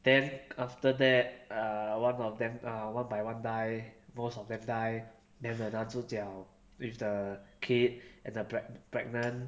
then after that err one of them one by one die most of them die then the 男主角 with the kid and the preg~ pregnant